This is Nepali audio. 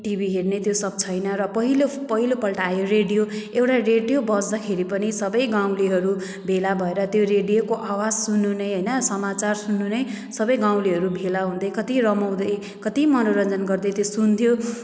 टिभी हेर्ने त्यो सब छैन र पहिलो पहिलोपल्ट आयो रेडियो एउटा रेडियो बज्दाखेरि पनि सबै गाउँलेहरू भेला भएर त्यो रेडियोको आवाज सुन्नु नै होइन समाचार सुन्नु नै सबै गाउँलेहरू भेला हुन्थे कति रमाउँदै कति मनोरञ्जन गर्दै त्यो सुन्थ्यो